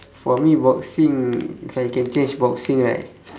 for me boxing if I can change boxing right